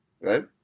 right